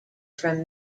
from